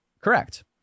correct